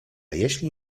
jeśli